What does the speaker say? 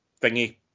thingy